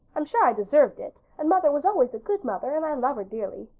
am sure i deserved it, and mother was always a good mother and i love her dearly.